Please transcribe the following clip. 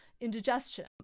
indigestion